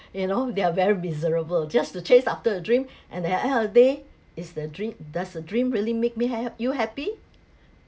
you know they're very miserable just to chase after a dream and the end of the day is the dream does the dream really make me ha~ you happy